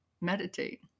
meditate